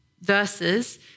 verses